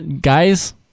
Guys